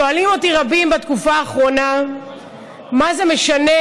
שואלים אותי רבים בתקופה האחרונה מה זה משנה